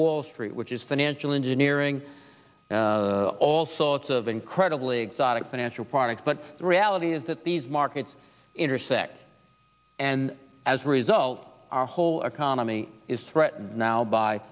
wall street which is financial engineering all sorts of incredibly exotic financial products but the reality is that these markets intersect and as a result our whole economy is threatened now by